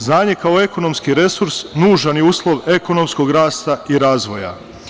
Znanje kao ekonomski resurs je nužan uslov ekonomskog rasta i razvoja.